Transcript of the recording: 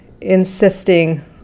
insisting